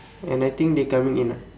and I think they coming in ah